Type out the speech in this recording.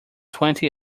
twenty